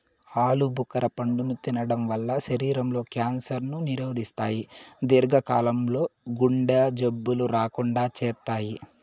ఆలు భుఖర పండును తినడం వల్ల శరీరం లో క్యాన్సర్ ను నిరోధిస్తాయి, దీర్ఘ కాలం లో గుండె జబ్బులు రాకుండా చేత్తాయి